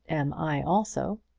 am i also.